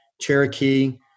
Cherokee